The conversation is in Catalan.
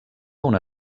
una